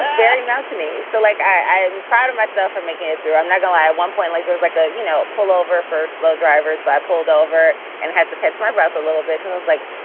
very mountainous. so like i am proud of myself for making it through. i'm not going to at one point, like there was like ah you know a pull over for slow drivers. so i pulled over and had to catch my breath a little bit because i was like,